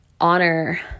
honor